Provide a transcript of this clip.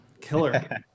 Killer